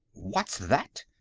what's that?